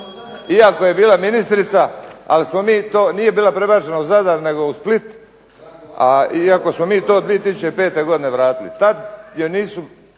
iako je bila ministrica, ali smo mi to nije bila prebačena u Zadar nego u Split iako smo to 2005. vratili.